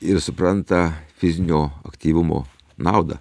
ir supranta fizinio aktyvumo naudą